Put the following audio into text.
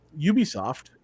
Ubisoft